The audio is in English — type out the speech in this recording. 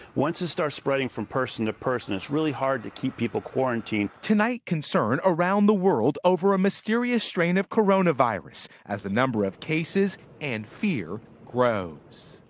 once it starts spreading from person to person, it's really hard to keep people quarantined. reporter tonight concern around the world over a mysterious strain of coronavirus as the number of cases and fear grows.